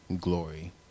glory